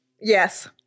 Yes